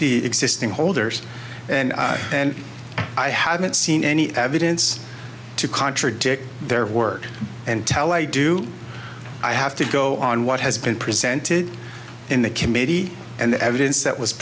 the existing holders and i haven't seen any evidence to contradict their work and tell i do i have to go on what has been presented in the committee and the evidence that was